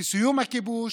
בסיום הכיבוש,